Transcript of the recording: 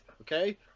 Okay